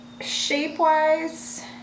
Shape-wise